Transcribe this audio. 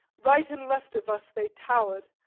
right and left of us they towered,